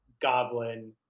goblin